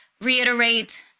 reiterate